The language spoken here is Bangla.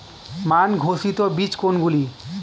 মান ঘোষিত বীজ কোনগুলি?